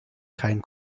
keinen